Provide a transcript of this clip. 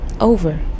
over